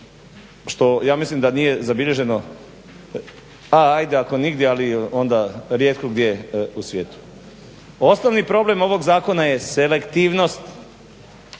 što ja mislim da nije zabilježeno pa ajde ako nigdje ali onda rijetko gdje u svijetu. Osnovni problem ovog zakona je selektivnost